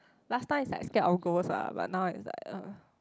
last time is like scared of ghost lah but now is like uh